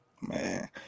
man